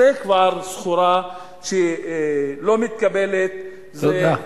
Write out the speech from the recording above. זה כבר סחורה שלא מתקבלת, תודה.